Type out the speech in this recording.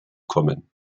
kommen